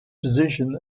position